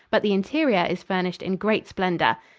but the interior is furnished in great splendor.